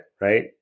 right